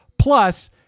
Plus